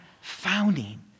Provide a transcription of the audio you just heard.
founding